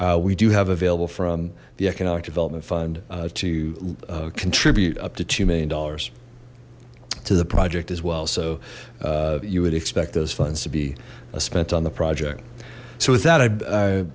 we do have available from the economic development fund to contribute up to two million dollars to the project as well so you would expect those funds to be spent on the project s